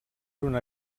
una